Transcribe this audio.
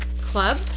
club